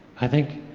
i think